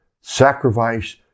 sacrifice